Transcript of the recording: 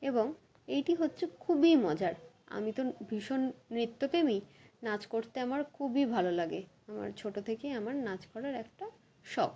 এবং এইটি হচ্ছে খুবই মজার আমি তো ভীষণ নৃত্যপ্রেমী নাচ করতে আমার খুবই ভালো লাগে আমার ছোটো থেকেই আমার নাচ করার একটা শখ